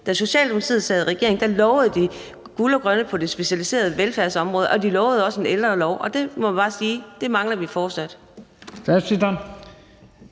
Da Socialdemokratiet sad i regering, lovede de guld og grønne skove på det specialiserede velfærdsområde, og de lovede også en ældrelov, og man må bare sige, at det mangler vi fortsat.